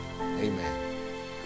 amen